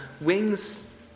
wings